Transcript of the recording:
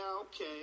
okay